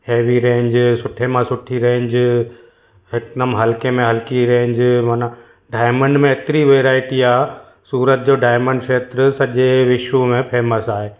heavy range सुठे मां सुठी रेंज हिकदमि हलके में हलकी रेंज माना डायमंड में हेतिरी वैरायटी आहे सूरत जो डायमंड क्षेत्र सॼे विश्व में फेमस आहे